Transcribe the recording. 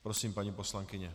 Prosím, paní poslankyně.